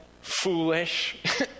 foolish